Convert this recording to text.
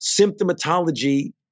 symptomatology